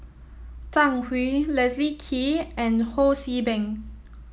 Zhang Hui Leslie Kee and Ho See Beng